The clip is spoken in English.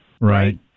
right